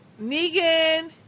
Negan